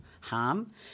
harm